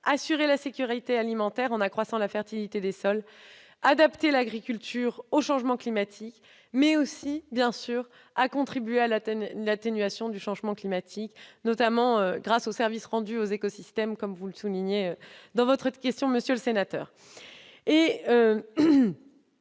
d'assurer la sécurité alimentaire en accroissant la fertilité des sols, d'adapter l'agriculture au changement climatique, mais aussi, bien sûr, de contribuer à l'atténuation du changement climatique, notamment grâce aux services rendus aux écosystèmes, comme vous le soulignez dans votre question, monsieur le sénateur.